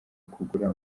kugura